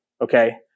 Okay